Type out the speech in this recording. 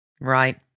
Right